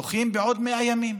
דוחים בעוד 100 ימים.